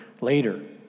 later